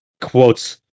quotes